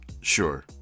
sure